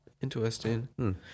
Interesting